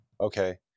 Okay